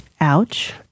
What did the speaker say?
Ouch